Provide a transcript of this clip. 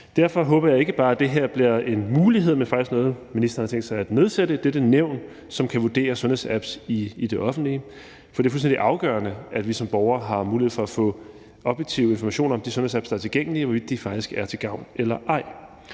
Derfor håber jeg ikke bare, at det bliver en mulighed, men faktisk noget, ministeren har tænkt sig at nedsætte, altså dette nævn, som kan vurdere sundhedsapps i det offentlige. For det er fuldstændig afgørende, at vi som borgere har mulighed for at få objektive informationer om de sundhedsapps, der er tilgængelige, og hvorvidt de faktisk er til gavn eller ej.